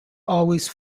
always